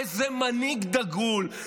איזה מנהיג דגול,